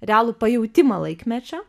realų pajautimą laikmečio